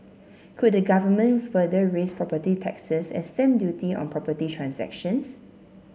could the Government further raise property taxes and stamp duty on property transactions